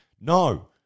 No